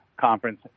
conference